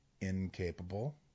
incapable